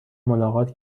ملاقات